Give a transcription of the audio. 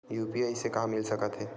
UPI से का मिल सकत हे?